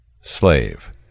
Slave